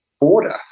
border